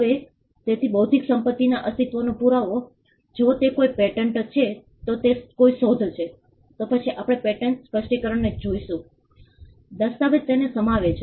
હવે તેથી બૌદ્ધિક સંપત્તિના અસ્તિત્વનો પુરાવો જો તે કોઈ પેટન્ટ છે જો તે કોઈ શોધ છે તો પછી આપણે પેટન્ટ સ્પષ્ટીકરણને જોઈશું દસ્તાવેજ તેને સમાવે છે